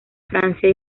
francia